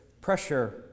pressure